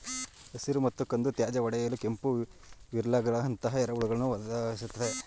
ಹಸಿರು ಮತ್ತು ಕಂದು ತ್ಯಾಜ್ಯ ಒಡೆಯಲು ಕೆಂಪು ವಿಗ್ಲರ್ಗಳಂತಹ ಎರೆಹುಳುಗಳನ್ನು ಬಳ್ಸೋದಾಗಿದೆ